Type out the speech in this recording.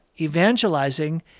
evangelizing